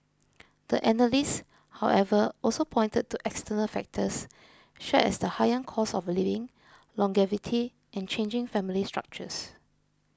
the analysts however also pointed to external factors such as the higher cost of living longevity and changing family structures